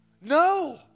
No